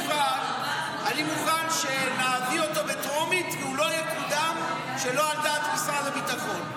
אני מוכן שנעביר אותו בטרומית והוא לא יקודם שלא על דעת משרד הביטחון.